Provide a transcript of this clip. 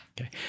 okay